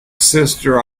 sister